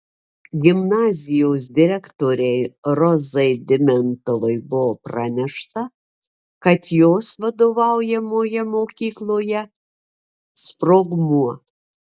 gimnazijos direktorei rozai dimentovai buvo pranešta kad jos vadovaujamoje mokykloje sprogmuo